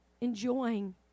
enjoying